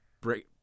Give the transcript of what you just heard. Break